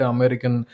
American